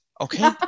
okay